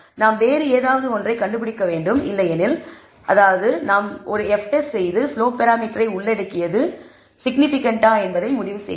நாம் வேறு ஏதாவது ஒன்றை கண்டுபிடிக்க வேண்டும் இல்லையெனில் அல்லது நாம் ஒரு F டெஸ்ட் செய்து ஸ்லோப் பராமீட்டரை உள்ளடக்கியது சிக்னிபிகன்ட்டா என்பதை முடிவு செய்யலாம்